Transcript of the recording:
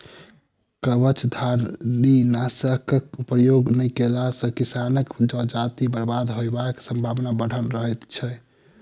कवचधारीनाशकक प्रयोग नै कएला सॅ किसानक जजाति बर्बाद होयबाक संभावना बढ़ल रहैत छै